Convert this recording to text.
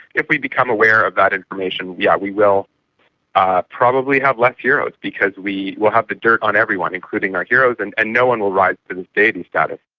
if we become aware of that information, yes, yeah we will ah probably have less heroes, because we will have the dirt on everyone, including our heroes, and and no one will rise to this deity status.